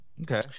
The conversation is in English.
Okay